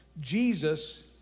Jesus